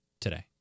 today